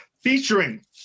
featuring